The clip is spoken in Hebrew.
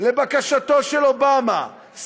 לבקשתו של אובמה,